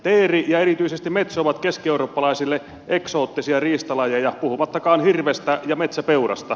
teeri ja erityisesti metso ovat keskieurooppalaisille eksoottisia riistalajeja puhumattakaan hirvestä ja metsäpeurasta